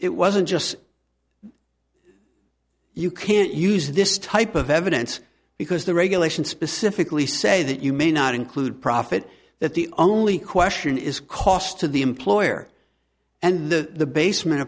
it wasn't just you can't use this type of evidence because the regulations specifically say that you may not include profit that the only question is cost to the employer and the basement